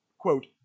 Quote